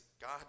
God